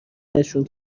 نشون